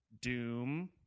Doom